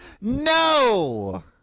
no